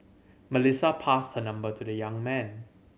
Melissa passed her number to the young man